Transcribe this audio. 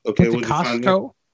okay